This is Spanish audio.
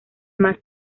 más